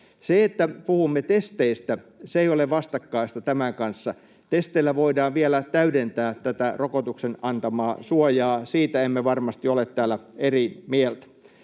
Se, että puhumme testeistä, ei ole vastakkaista tämän kanssa. Testeillä voidaan vielä täydentää tätä rokotuksen antamaa suojaa, siitä emme varmasti ole täällä eri mieltä.